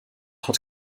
hat